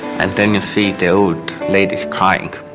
and then you see the old ladies crying,